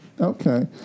Okay